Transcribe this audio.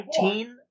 19